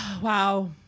Wow